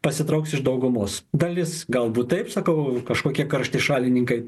pasitrauks iš daugumos dalis galbūt taip sakau kažkokie karšti šalininkai